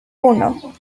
uno